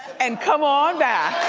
and come on back.